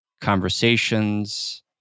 conversations